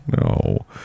No